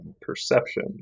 perception